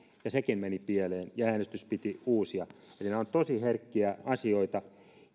ja sekin meni pieleen ja äänestys piti uusia eli nämä ovat tosi herkkiä asioita